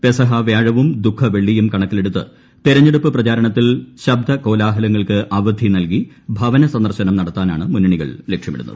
പെസഹ വ്യാഴവും ദുഃഖവെള്ളിയും കണക്കിലെടുത്ത് തെരഞ്ഞെടുപ്പ് പ്രചാരണത്തിൽ ശബ്ദ കോലാഹലങ്ങൾക്ക് അവധി നൽകി ഭവന സന്ദർശനം നടത്താനാണ് മുന്നണികൾ ലക്ഷ്യമിടുന്നത്